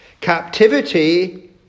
Captivity